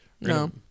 No